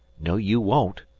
no, you won't,